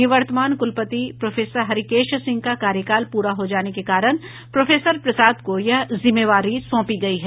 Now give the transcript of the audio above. निवर्तमान कुलपति प्रोफेसर हरिकेश सिंह का कार्यकाल पूरा हो जाने के कारण प्रोफेसर प्रसाद को यह जिम्मेवारी सौंपी गयी है